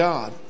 God